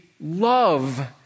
love